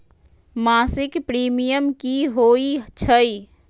मासिक प्रीमियम की होई छई?